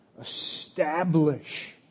establish